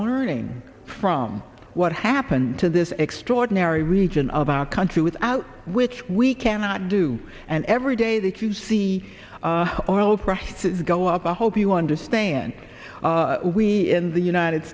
learning from what happened to this extraordinary region of our country without which we cannot do and every day that you see oil prices go up i hope you understand we in the united